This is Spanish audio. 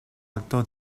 alto